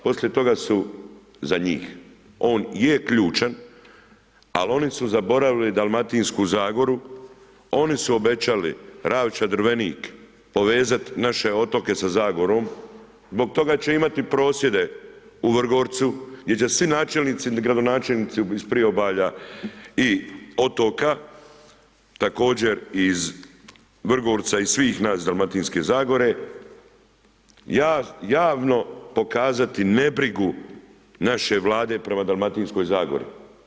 Poslije toga su za njih, on je ključan ali oni su zaboravili Dalmatinsku zagoru, oni su obećali Ravča-Drvenik, povezat naše otoke sa zagorom, zbog toga će imati prosvjede u Vrgorcu gdje će svi načelnici i gradonačelnici iz priobalja i otoka također iz Vrgorca i svih nas iz Dalmatinske zagore, javno pokazati nebrigu naše Vlade prema Dalmatinskoj zagori.